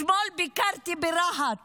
אתמול ביקרתי ברהט